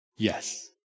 Yes